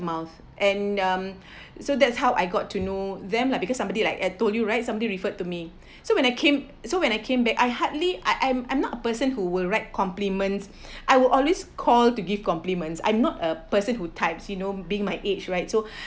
mouth and um so that's how I got to know them lah because somebody like I told you right somebody referred to me so when I came so when I came back I hardly I'm I'm not a person who will write compliments I will always call to give compliments I'm not a person who types you know being my age right so